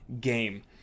game